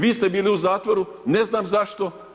Vi ste bili u zatvoru, ne znam zašto.